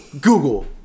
Google